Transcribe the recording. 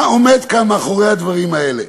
מה עומד כאן, מאחורי הדברים האלה?